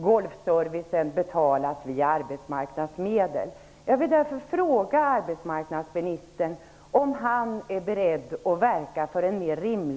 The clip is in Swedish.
Golfservicen betalas via arbetsmarknadsmedel.